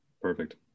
perfect